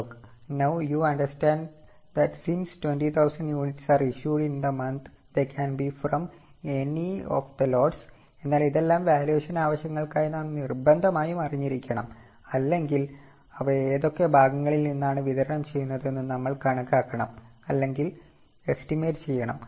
Now you understand that since 20000 units are issued in the month they can be from any of the lots എന്നാൽ ഇതെല്ലാം valuation ആവശ്യങ്ങൾക്കായി നാം നിർബന്ധമായും അറിഞ്ഞിരിക്കണം അല്ലെങ്കിൽ അവ ഏതൊക്കെ ഭാഗങ്ങളിൽ നിന്നാണ് വിതരണം ചെയ്യുന്നതെന്ന് നമ്മൾ കണക്കാക്കണം അല്ലെങ്കിൽ എസ്റ്റിമേറ്റ് ചെയ്യണം